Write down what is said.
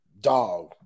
dog